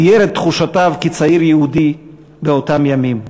תיאר את תחושותיו כצעיר יהודי באותם ימים: